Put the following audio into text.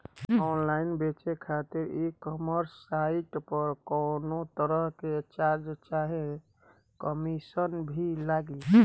Online बेचे खातिर e commerce site पर कौनोतरह के चार्ज चाहे कमीशन भी लागी?